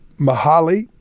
Mahali